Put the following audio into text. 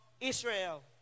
Israel